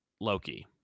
Loki